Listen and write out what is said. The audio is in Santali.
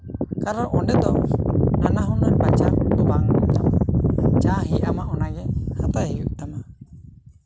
ᱠᱟᱨᱚᱱ ᱚᱸᱰᱮ ᱫᱚ ᱱᱟᱱᱟ ᱦᱩᱱᱟᱹᱨ ᱵᱟᱪᱷᱟᱣ ᱫᱚ ᱵᱟᱝ ᱜᱟᱱᱚᱜᱼᱟ ᱡᱟᱦᱟᱸ ᱦᱮᱡ ᱟᱢᱟ ᱚᱱᱟᱜᱮ ᱦᱟᱛᱟᱣ ᱦᱩᱭᱩᱜ ᱛᱟᱢᱟ